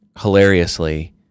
hilariously